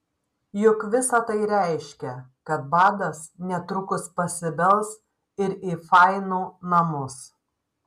juk visa tai reiškia kad badas netrukus pasibels ir į fainų namus